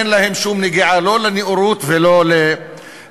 אין להם שום נגיעה לא לנאורות ולא לשוויון.